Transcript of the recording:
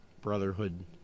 brotherhood